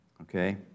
Okay